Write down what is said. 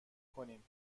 کنیم